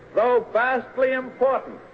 though vastly important,